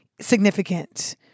significant